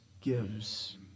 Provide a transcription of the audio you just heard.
gives